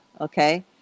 okay